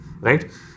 right